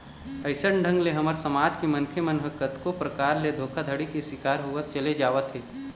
अइसन ढंग ले हमर समाज के मनखे मन ह कतको परकार ले धोखाघड़ी के शिकार होवत चले जावत हे